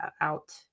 out